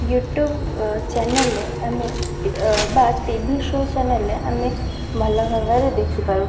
YouTube ଚ୍ୟାନେଲ୍ରେ ଆମେ ବା ଟିଭି ସୋ ଚ୍ୟାନେଲ୍ରେ ଆମେ ଭଲ ଭାବରେ ଦେଖିପାରୁ